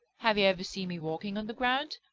have you ever seen me walking on the ground?